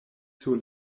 sur